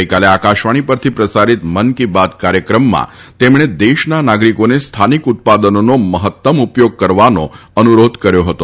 ગઇકાલે આકાશવાણી પરથી પ્રસારીત મન કી બાત કાર્યક્રમમાં તેમણે દેશના નાગરીકોને સ્થાનિક ઉત્પાદનોનો મહત્તમ ઉપયોગ કરવાનો અનુરોધ કર્યો હતો